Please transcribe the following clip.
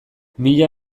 mila